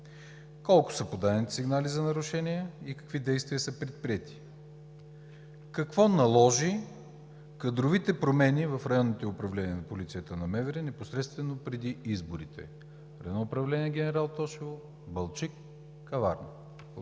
Колко са подадените сигнали за нарушения и какви действия са предприети? Какво наложи кадровите промени в районните управления на полицията на МВР непосредствено преди изборите – Районно управление – Генерал-Тошево, Балчик, Каварна?